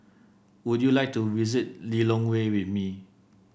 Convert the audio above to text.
would you like to visit Lilongwe with me